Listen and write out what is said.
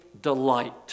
delight